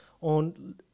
on